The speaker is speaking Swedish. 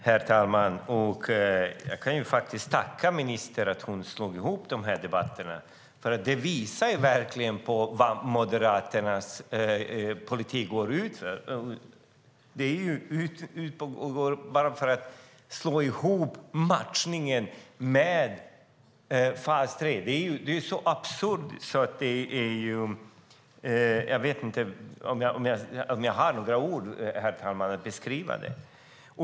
Herr talman! Jag tackar ministern för att hon slog ihop de här debatterna, för det visar verkligen på vad Moderaternas politik går ut på. Att slå ihop matchningen med fas 3 är så absurt att jag inte ens har några ord, herr talman, att beskriva det med.